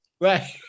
Right